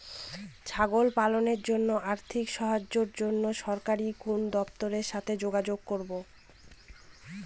ছাগল পালনের জন্য আর্থিক সাহায্যের জন্য সরকারি কোন দপ্তরের সাথে যোগাযোগ করব?